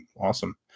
Awesome